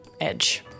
edge